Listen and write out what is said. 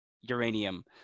uranium